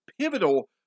pivotal